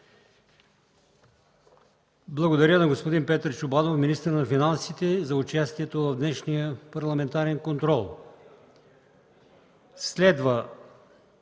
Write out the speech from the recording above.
Благодаря на господин Петър Чобанов – министър на финансите, за участието в днешния парламентарен контрол. Следва